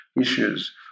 issues